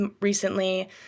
recently